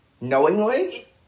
knowingly